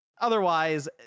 otherwise